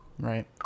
Right